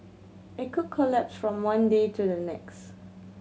it could collapse from one day to the next